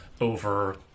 over